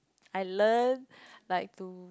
I learn like to